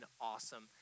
awesome